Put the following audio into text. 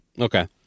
Okay